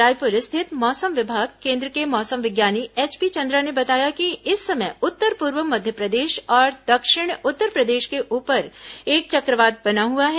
रायपुर स्थित मौसम विभाग केन्द्र के मौसम विज्ञानी एचपी चंद्रा ने बताया कि इस समय उत्तर पूर्व मध्यप्रदेश और दक्षिण उत्तरप्रदेश के ऊपर एक चक्रवात बना हुआ है